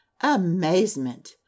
Amazement